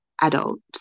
adults